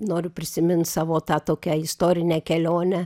noriu prisimint savo tą tokią istorinę kelionę